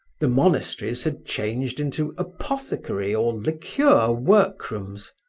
the monasteries had changed into apothecary or liqueur workrooms.